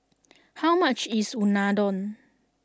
how much is Unadon